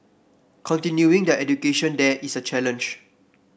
continuing their education there is a challenge